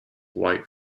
white